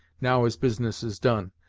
now his business is done,